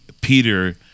Peter